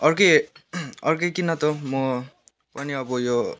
अर्कै अर्कै किन्न त म पनि यो